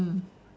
mm